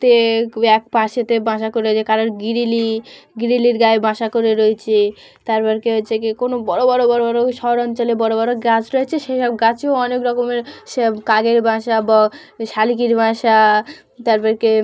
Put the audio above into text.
তে এক পাশেতে বাসা করে রয়েছে কারোর গ্রিলে গ্রিলের গায়ে বাসা করে রয়েছে তারপর কি হচ্ছে কি কোনো বড় বড় বড় বড় শহর অঞ্চলে বড় বড় গাছ রয়েছে সেই সব গাছেও অনেক রকমের সে কাকের বাসা বা শালিকের বাসা তারপর কি